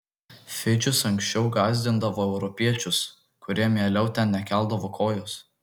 fidžis anksčiau gąsdindavo europiečius kurie mieliau ten nekeldavo kojos